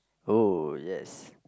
oh yes